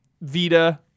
Vita